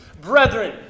Brethren